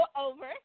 over